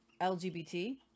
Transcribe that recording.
LGBT